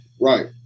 right